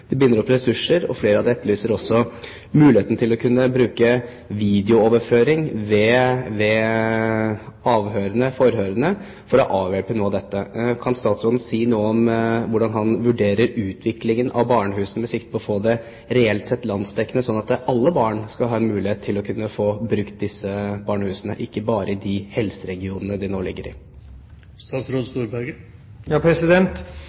Det binder opp ressurser. Flere av dem etterlyser også muligheten til å kunne bruke vidoeoverføring ved avhørene, forhørene, for å avhjelpe noe av dette. Kan statsråden si noe om hvordan han vurderer utviklingen av barnehusene med sikte på å få det reelt sett landsdekkende, slik at alle barn skal ha en mulighet til å kunne få brukt disse barnehusene, og ikke bare i de helseregionene de nå ligger i?